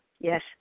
Yes